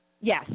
Yes